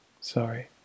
sorry